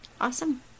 Awesome